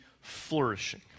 flourishing